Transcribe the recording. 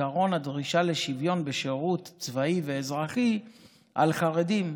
עקרון הדרישה לשוויון בשירות צבאי ואזרחי על חרדים,